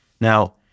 Now